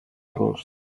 cost